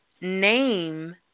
name